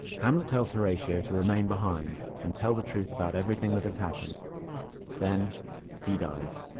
hamlet tells horatio to remain behind and tell the truth about everything that has happened then he dies